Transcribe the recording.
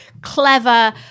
clever